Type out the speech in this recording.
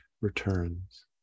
returns